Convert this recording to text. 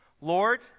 Lord